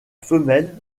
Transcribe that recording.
femelle